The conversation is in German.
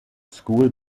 school